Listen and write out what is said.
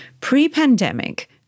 Pre-pandemic